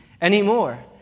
anymore